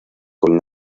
con